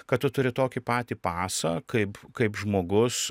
kad tu turi tokį patį pasą kaip kaip žmogus